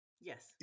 Yes